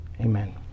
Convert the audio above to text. Amen